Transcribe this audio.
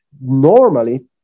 normally